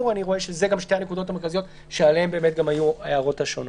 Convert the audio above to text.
אני רואה שאלה גם שתי הנקודות המרכזיות שעליהן היו ההערות השונות.